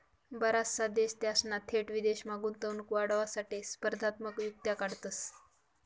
बराचसा देश त्यासना थेट विदेशमा गुंतवणूक वाढावासाठे स्पर्धात्मक युक्त्या काढतंस